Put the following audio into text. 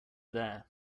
there